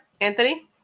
Anthony